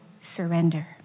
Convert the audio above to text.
surrender